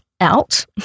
out